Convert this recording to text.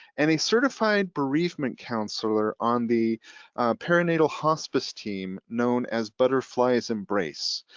and a certified bereavement counselor on the perinatal hospice team known as butterfly's embrace.